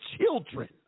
children